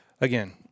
Again